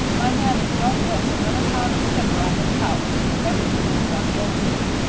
my men don't lift another pound of timber on this house everything goes on rollers.